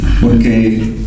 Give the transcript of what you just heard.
Porque